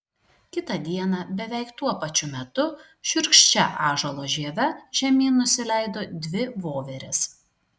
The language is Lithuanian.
kitą dieną beveik tuo pačiu metu šiurkščia ąžuolo žieve žemyn nusileido dvi voverės